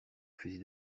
fusil